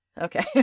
okay